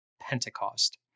Pentecost